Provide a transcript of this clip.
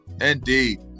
Indeed